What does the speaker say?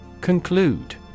Conclude